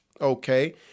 Okay